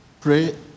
Pray